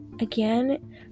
again